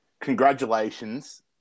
Congratulations